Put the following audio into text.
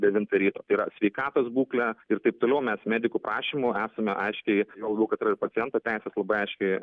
devintą ryto tai yra sveikatos būklę ir taip toliau mes medikų prašymu esame aiškiai juo labiau kad yra ir pacientų teisės labai aiškiai